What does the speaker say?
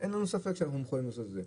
אין לנו ספק שאנחנו מחויבים לעשות זה.